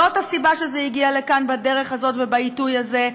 זאת הסיבה שזה הגיע לכאן בדרך הזאת ובעיתוי הזה,